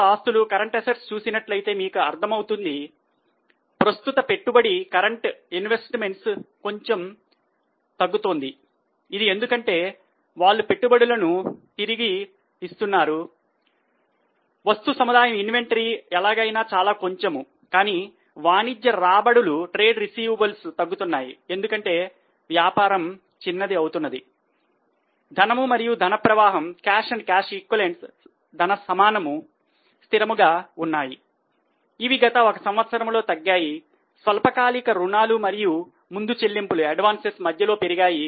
ఆస్తులు WIPs మధ్యలో పెరిగాయి అవి తగ్గాయి మరల అవి కొంచెం పెరిగాయి